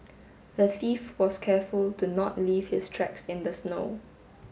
the thief was careful to not leave his tracks in the snow